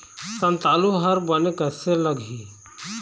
संतालु हर बने कैसे लागिही?